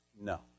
No